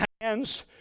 hands